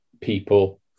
people